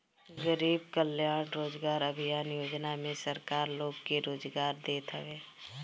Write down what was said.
गरीब कल्याण रोजगार अभियान योजना में सरकार लोग के रोजगार देत हवे